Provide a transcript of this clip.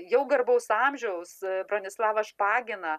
jau garbaus amžiaus bronislava špagina